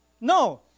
No